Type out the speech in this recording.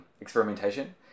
experimentation